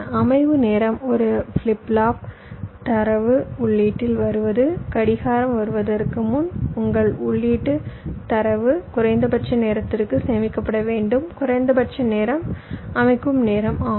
அமைவு நேரம் ஒரு ஃபிளிப் ஃப்ளாப் தரவு உள்ளீட்டில் வருவது கடிகாரம் வருவதற்கு முன் உங்கள் உள்ளீட்டுத் தரவு குறைந்தபட்ச நேரத்திற்கு சேமிக்கப்பட வேண்டும் குறைந்தபட்ச நேரம் அமைக்கும் நேரம் ஆகும்